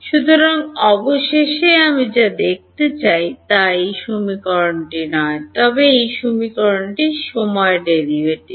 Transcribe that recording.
সুতরাং অবশেষে আমি যা দেখতে চাই তা এই সমীকরণটি নয় তবে এই সমীকরণের সময় ডেরাইভেটিভ